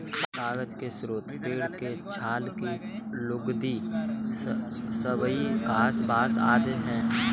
कागज के स्रोत पेड़ के छाल की लुगदी, सबई घास, बाँस आदि हैं